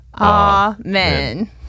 amen